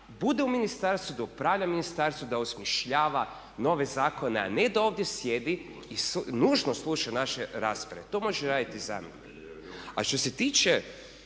bude u ministarstvu da upravlja ministarstvom da osmišljava nove zakone, a ne da ovdje sjedi i nužno sluša naše rasprave. To može raditi i zamjenik. A što se tiče